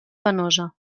penosa